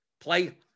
play